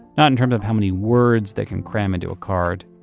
not in terms of how many words they can cram into a card,